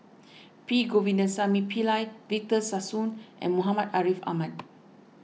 P Govindasamy Pillai Victor Sassoon and Muhammad Ariff Ahmad